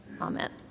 Amen